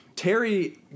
Terry